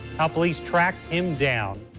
how police tracked him down.